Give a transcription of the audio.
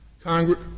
Congress